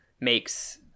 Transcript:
makes